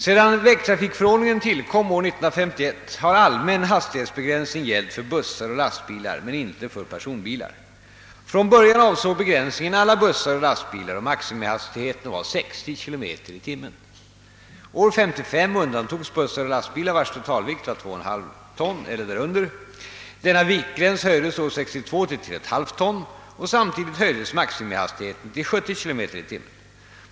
Sedan vägtrafikförordningen tillkom år 1951 har allmän hastighetsbegränsning gällt för bussar och lastbilar men inte för personbilar. Från början avsåg begränsningen alla bussar och lastbilar och maximihastigheten var 60 km tim.